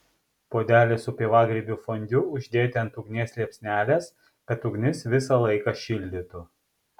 puodelį su pievagrybių fondiu uždėti ant ugnies liepsnelės kad ugnis visą laiką šildytų